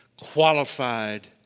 qualified